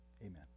amen